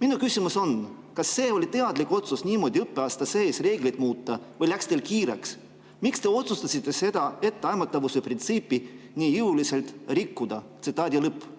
Minu küsimus on, et kas see oli teadlik otsus niimoodi õppeaasta sees reegleid muuta või läks teil kiireks. Miks te otsustasite seda etteaimatavuse printsiipi nii jõuliselt rikkuda?" Tsitaadi lõpp.